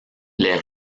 les